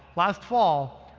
last fall,